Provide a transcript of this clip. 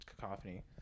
cacophony